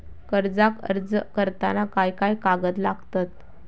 कर्जाक अर्ज करताना काय काय कागद लागतत?